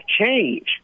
change